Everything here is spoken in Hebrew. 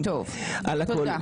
על הכול.